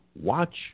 watch